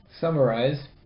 summarize